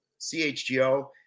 CHGO